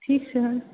ٹھیٖک چھُ حظ